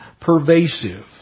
pervasive